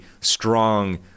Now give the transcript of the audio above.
strong